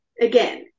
again